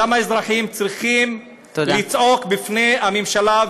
גם האזרחים צריכים לצעוק בפני הממשלה,